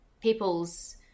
people's